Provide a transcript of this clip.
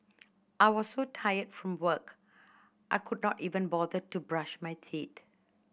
I was so tired from work I could not even bother to brush my teeth